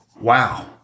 Wow